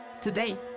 today